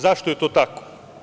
Zašto je to tako?